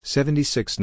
Seventy-six